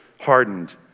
hardened